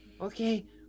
Okay